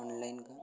online का